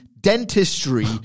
dentistry